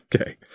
Okay